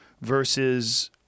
versus